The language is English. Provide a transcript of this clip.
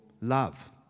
love